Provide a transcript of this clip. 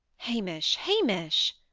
hamish! hamish!